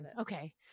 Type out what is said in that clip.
Okay